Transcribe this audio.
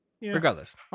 Regardless